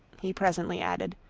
he presently added,